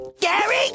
Gary